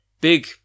big